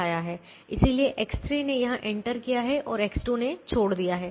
इसलिए X3 ने यहां एंटर किया है और X2 ने छोड़ दिया है